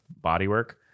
bodywork